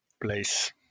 place